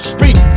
Speak